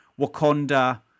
wakanda